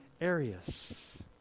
Arius